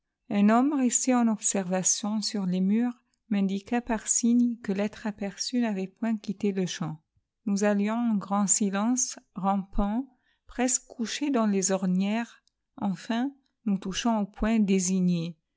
un homme resté en observation sur les murs m'indiqua par signe que l'être aperçu n'avait point quitté le champ nous allions en grand silence rampant presque couchés dans les ornières enfin nous touchons au point désigné